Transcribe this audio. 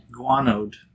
guanoed